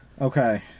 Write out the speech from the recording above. Okay